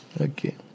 Okay